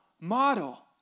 model